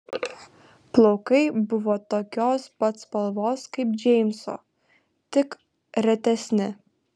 plaukai buvo tokios pat spalvos kaip džeimso tik retesni